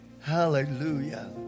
Hallelujah